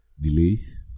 delays